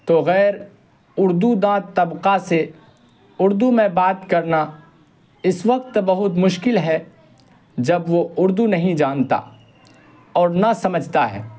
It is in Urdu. تو خیر اردو داں طبقہ سے اردو میں بات کرنا اس وقت بہت مشکل ہے جب وہ اردو نہیں جانتا اور نہ سمجھتا ہے